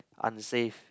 unsafe